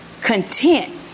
content